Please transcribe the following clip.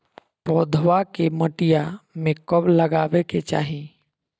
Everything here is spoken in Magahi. पौधवा के मटिया में कब लगाबे के चाही?